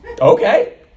Okay